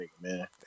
man